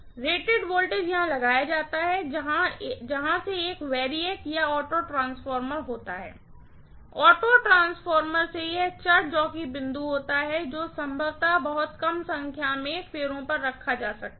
rated voltage यहां लगाया जाता है जहां से एक वैरिएक या ऑटो ट्रांसफार्मर होता है ऑटो ट्रांसफार्मर से यह वेरिएबल जॉकी बिंदु होता है जो संभवत बहुत कम संख्या में घुमावों पर रखा जा सकता है